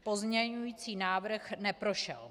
Pozměňovací návrh neprošel.